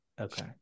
Okay